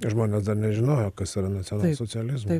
žmonės dar nežinojo kas yra nacionalsocializmas